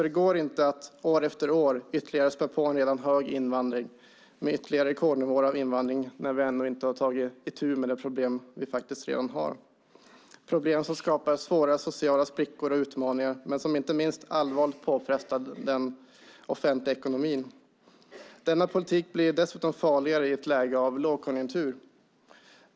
Det går inte att år efter år ytterligare spä på en redan stor invandring med ytterligare rekordnivåer av invandring när vi ännu inte tagit itu med de problem som vi redan har och som skapar svåra sociala sprickor och utmaningar men som inte minst allvarligt påfrestar den offentliga ekonomin. Denna politik blir dessutom farligare i ett läge av lågkonjunktur.